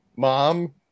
mom